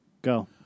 Go